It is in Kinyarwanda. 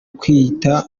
kwiyita